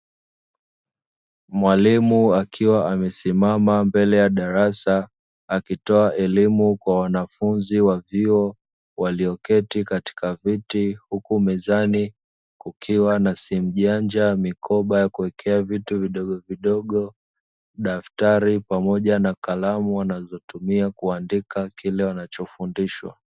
Mwalimu akiwa amesimama mbele ya darasa akitoa elimu kwa wanafunzi wa vyuo waliyoketi katika viti, huku mezani kukiwa na simu janja, mikoba ya kuwekea vitu vidogovidogo, daftari pamoja na kalamu wanazotumia kuandika kile wanachofundishwa.